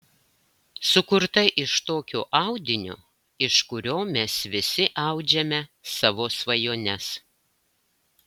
sukurta iš tokio audinio iš kurio mes visi audžiame savo svajones